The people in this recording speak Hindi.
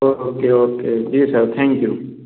okay okay ji sir thank you